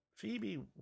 Phoebe